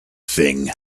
thing